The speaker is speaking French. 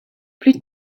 plus